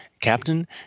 Captain